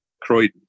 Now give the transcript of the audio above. Croydon